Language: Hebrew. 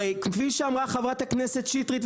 הרי כפי שאמרה חברת הכנסת שטרית,